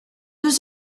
deux